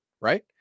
right